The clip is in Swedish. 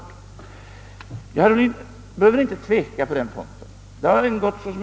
Herr Ohlin behöver inte tveka på den punkten.